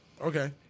Okay